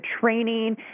training